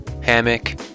Hammock